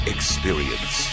Experience